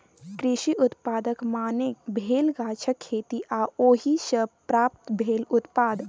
कृषि उत्पादक माने भेल गाछक खेती आ ओहि सँ प्राप्त भेल उत्पाद